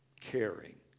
caring